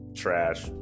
Trash